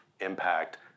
impact